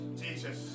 Jesus